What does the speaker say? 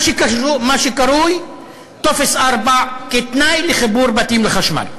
מה שקרוי טופס 4 כתנאי לחיבור בתים לחשמל.